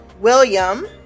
william